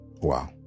wow